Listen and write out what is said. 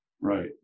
Right